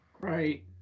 Right